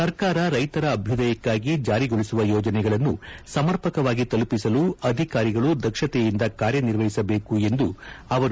ಸರ್ಕಾರ ರೈತರ ಅಭ್ಯದಯಕ್ಕಾಗಿ ಜಾರಿಗೊಳಿಸುವ ಯೋಜನೆಗಳನ್ನು ಸಮರ್ಪಕವಾಗಿ ತಲುಪಿಸಲು ಅಧಿಕಾರಿಗಳು ದಕ್ಷತೆಯಿಂದ ಕಾರ್ಯ ನಿರ್ವಹಿಸಬೇಕು ಎಂದರು